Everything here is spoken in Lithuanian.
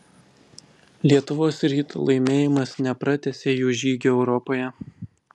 lietuvos ryto laimėjimas nepratęsė jų žygio europoje